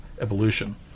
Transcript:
evolution